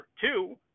two